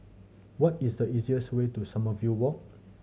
what is the easiest way to Sommerville Walk